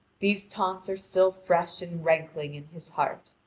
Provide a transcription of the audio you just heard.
these taunts are still fresh and rankling in his heart.